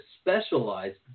specialized